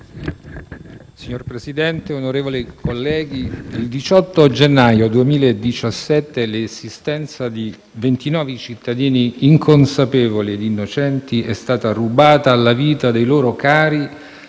Signor Presidente, onorevoli colleghi, il 18 gennaio 2017 l'esistenza di 29 cittadini inconsapevoli e innocenti è stata rubata alla vita dei loro cari